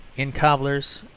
in cobblers,